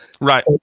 Right